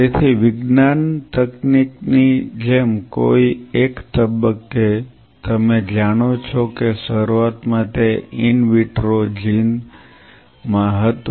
તેથી વિજ્ઞાન તકનીક ની જેમ કોઈ એક તબક્કે તમે જાણો છો કે શરૂઆતમાં તે ઈન વિટ્રો જિન માં હતું